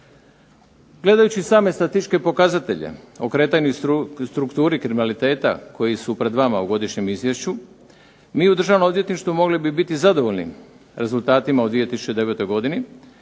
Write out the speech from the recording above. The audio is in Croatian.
Gledajući same statističke pokazatelje o kretanju i strukturi kriminaliteta koji su pred vama u godišnjem izvješću mi u Državnom odvjetništvu mogli bi biti zadovoljni rezultatima u 2009. godini